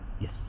Yes